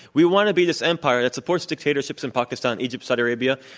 we want to be this empire that supports dictatorships in pakistan, egypt, saudi arabia.